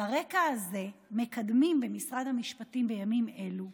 על הרקע הזה מקדמים במשרד המשפטים בימים אלו,